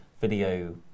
video